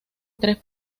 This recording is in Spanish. tres